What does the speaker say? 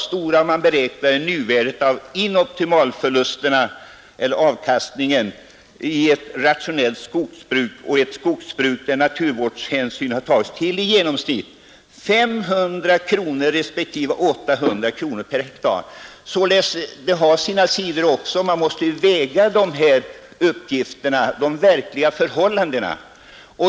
Det beräknade nuvärdet av inoptimalförlusterna på avkastningen i ett skogsbruk där naturvårdshänsyn har tagits i förhållande till avkastningen av ett rationellt skogsbruk är i genomsnitt 500 kronor respektive 800 kronor per hektar. Man måste således väga de här uppgifterna och ta hänsyn till de verkliga förhållandena.